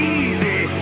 easy